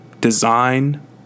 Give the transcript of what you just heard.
design